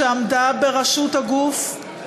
שעמדה בראשות הגוף,